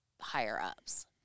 higher-ups